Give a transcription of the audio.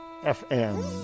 FM